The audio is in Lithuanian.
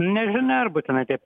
nežinia ar būtinai taip